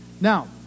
Now